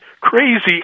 crazy